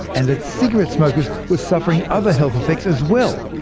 and that cigarette smokers were suffering other health effects as well.